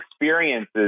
experiences